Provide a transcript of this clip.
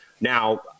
Now